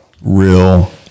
real